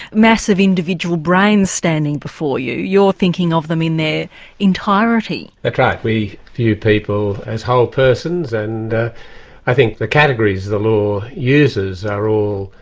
mass of individual brains, standing before you, you're thinking of them in their entirety. that's right, we view people as whole persons and i think the categories the law uses are all,